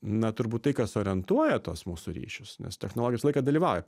na turbūt tai kas orientuoja tuos mūsų ryšius nes technologijos visą laiką dalyvauja